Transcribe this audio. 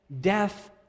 death